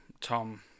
Tom